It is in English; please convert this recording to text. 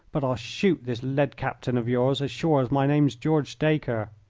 but i'll shoot this led-captain of yours as sure as my name's george dacre.